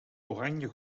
oranje